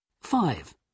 Five